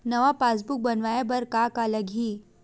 नवा पासबुक बनवाय बर का का लगही?